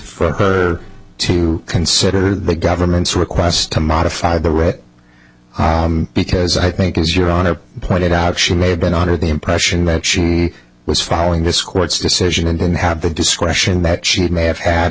for her to consider the government's request to modify the red because i think as your honor pointed out she may have been under the impression that she was following this court's decision and didn't have the discretion that she may have had